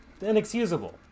inexcusable